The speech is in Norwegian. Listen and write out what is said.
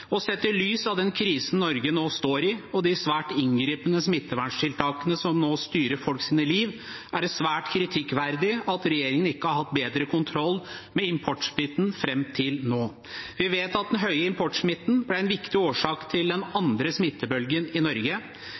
Sett i lys av den krisen Norge nå står i, og de svært inngripende smitteverntiltakene som nå styrer folks liv, er det svært kritikkverdig at regjeringen ikke har hatt bedre kontroll med importsmitten fram til nå. Vi vet at den høye importsmitten var en viktig årsak til den andre smittebølgen i Norge.